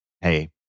Hey